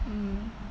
mm